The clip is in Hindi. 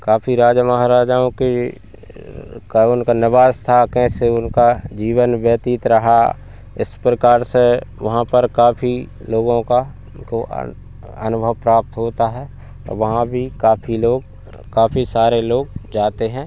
काफ़ी राजा महाराजाओं के का उनका निवास था कैसे उनका जीवन व्यतीत रहा इस प्रकार से वहाँ पर काफ़ी लोगों का उनको अन अनुभव प्राप्त होता है और वहाँ भी काफ़ी लोग काफ़ी सारे लोग जाते हैं